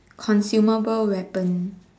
consumable weapon